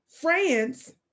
France